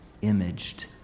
imaged